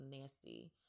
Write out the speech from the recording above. nasty